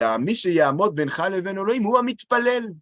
מי שיעמוד בינך לבין אלוהים הוא המתפלל.